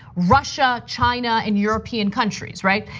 russia, china, and european countries, right?